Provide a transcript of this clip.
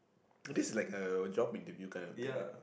oh this is like a job interview kinda thing ah